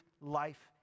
life